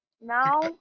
now